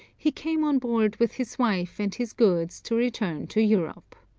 he came on board with his wife and his goods to return to europe.